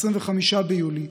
25 ביולי,